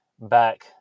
back